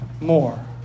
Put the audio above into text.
more